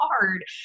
hard